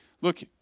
Look